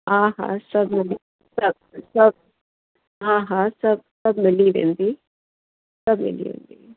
हा हा सभु मिली सभु सभु हा हा सभु सभु मिली वेंदी सभु मिली वेंदी